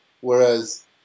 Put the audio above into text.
whereas